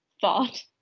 thought